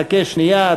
חכה שנייה,